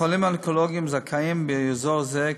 החולים האונקולוגיים זכאים באזור זה,